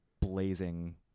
blazing